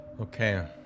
Okay